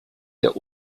der